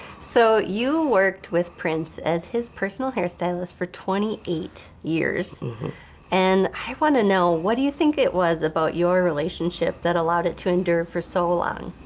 so you worked with prince as his personal hair stylist for twenty eight years and i want to know what do you think it was about your relationship that allowed it to endure for so long.